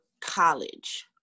college